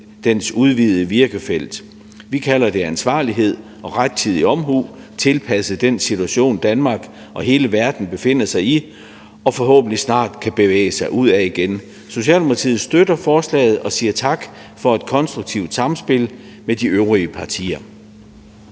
dens udvidede virkefelt. Vi kalder det ansvarlighed og rettidig omhu tilpasset den situation, Danmark og hele verden befinder sig i og forhåbentlig snart kan bevæge sig ud af igen. Socialdemokratiet støtter forslaget og siger tak for et konstruktivt samspil med de øvrige partier.